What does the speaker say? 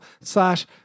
slash